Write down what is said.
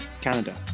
Canada